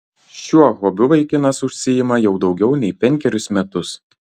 šiuo hobiu vaikinas užsiima jau daugiau nei penkerius metus